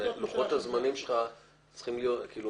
אבל לוחות הזמנים שלך צריכים להיות כאילו,